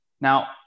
Now